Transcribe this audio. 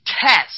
test